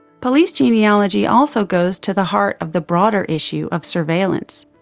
police genealogy also goes to the heart of the broader issue of surveillance,